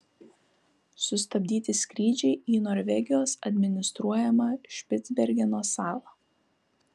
sustabdyti skrydžiai į norvegijos administruojamą špicbergeno salą